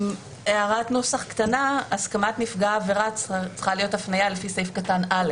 הערת נוסח קטנה: הסכמת נפגע עבירה צריכה להיות הפניה לפי סעיף קטן (ב),